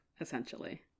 essentially